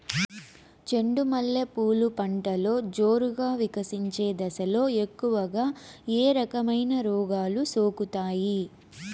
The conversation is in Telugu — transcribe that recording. చెండు మల్లె పూలు పంటలో జోరుగా వికసించే దశలో ఎక్కువగా ఏ రకమైన రోగాలు సోకుతాయి?